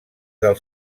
del